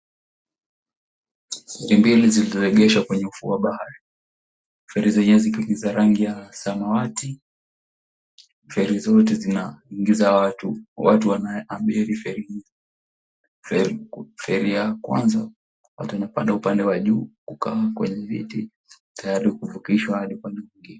Feri mbili ziliregeshwa kwenye ufuo wa bahari feri zenyewe ni za rangi za samawati, feri zote zinaingiza watu, watu wanaabiri feri hizi, feri ya kwanza watu wanapanda upande wa juu kukaa kwenye viti tayari kuvukishwa hadi upande mwengine.